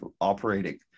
operating